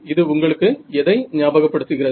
இது உங்களுக்கு எதை ஞாபகப்படுத்துகிறது